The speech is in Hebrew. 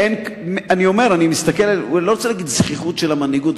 אני לא רוצה להגיד זחיחות של המנהיגות,